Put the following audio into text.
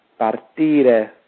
Partire